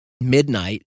midnight